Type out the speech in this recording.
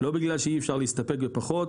לא בגלל שאי אפשר להסתפק בפחות,